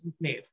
move